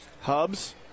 Hubs